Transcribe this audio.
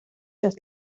час